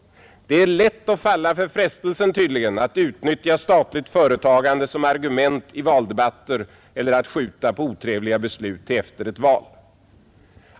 Det är tydligen lätt att falla för frestelsen att utnyttja statligt företagande som argument i valdebatter eller att skjuta på otrevliga beslut till efter ett val.